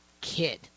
kid